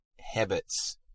habits